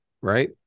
right